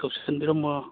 ꯇꯧꯁꯤꯟꯕꯤꯔꯝꯃꯣ